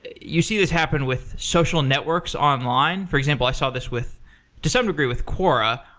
you see this happen with social networks online. for example, i saw this with to some degree, with quora,